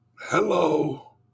Hello